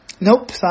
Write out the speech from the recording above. Nope